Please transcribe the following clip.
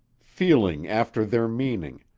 feeling after their meaning,